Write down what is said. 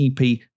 EP